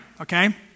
okay